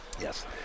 yes